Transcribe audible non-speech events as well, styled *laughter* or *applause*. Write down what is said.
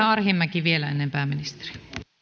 *unintelligible* arhinmäki vielä ennen pääministeriä